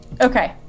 Okay